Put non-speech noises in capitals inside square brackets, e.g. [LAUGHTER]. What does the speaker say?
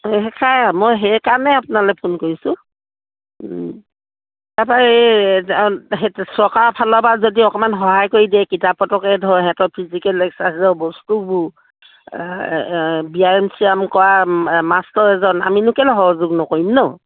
[UNINTELLIGIBLE] মই সেইকাৰণে আপোনালে ফোন কৰিছোঁ তাৰপা এই চৰকাৰৰ ফালৰ পৰা যদি অকণমান সহায় কৰি দিয়ে কিতাপ পত্ৰকে ধৰি সিহঁতৰ ফিজিকেল এক্সাৰচাইজৰ বস্তুবোৰ ব্যায়াম চিয়াম কৰা মাষ্টৰ এজন আমিনো কেলে সহযোগ নকৰিম ন